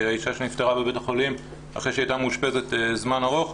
בבית החולים אחרי שהיא הייתה מאושפזת זמן ארוך,